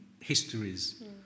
histories